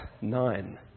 nine